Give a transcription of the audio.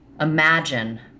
imagine